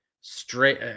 straight